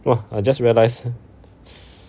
!wah! I just realise